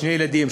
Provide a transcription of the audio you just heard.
שני ילדים,